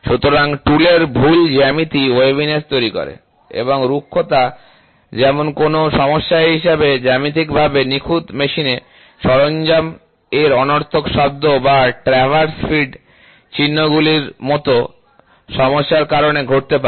সুতরাং টুলের ভুল জ্যামিতি ওয়েভিনেস তৈরি করে এবং রুক্ষতা যেমন কোনও সমস্যা হিসাবে জ্যামিতিকভাবে নিখুঁত মেশিনে সরঞ্জাম এর অনর্থক শব্দ বা ট্র্যাভার্স ফিড চিহ্নগুলির মতো সমস্যার কারণে ঘটতে পারে